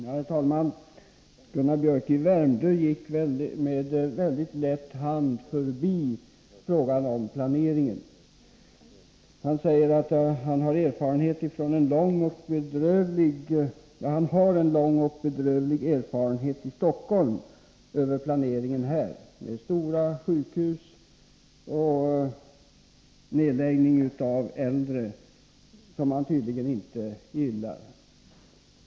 Herr talman! Gunnar Biörck i Värmdö gick med väldigt lätt hand förbi frågan om planeringen. Han säger att han har en lång och bedrövlig erfarenhet av planeringen i Stockholm, med stora sjukhus och nedläggning av äldre enheter, vilket han tydligen inte gillar.